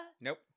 Nope